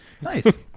Nice